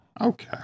Okay